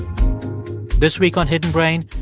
this week on hidden brain,